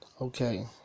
Okay